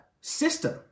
system